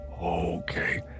okay